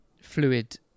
fluid